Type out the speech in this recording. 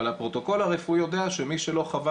אבל הפרוטוקול הרפואי יודע שמי שלא חווה